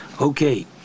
Okay